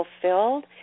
fulfilled